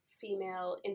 female